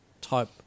type